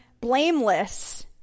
blameless